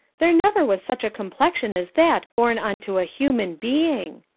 there never was such a complexion as that born on to a human being.